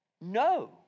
No